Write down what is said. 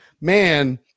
man